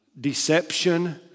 deception